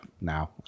now